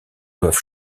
doivent